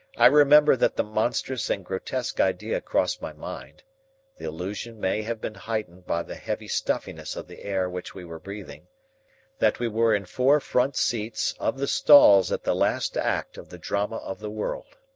i remember that the monstrous and grotesque idea crossed my mind the illusion may have been heightened by the heavy stuffiness of the air which we were breathing that we were in four front seats of the stalls at the last act of the drama of the world.